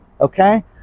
okay